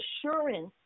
assurance